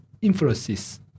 influences